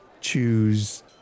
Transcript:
choose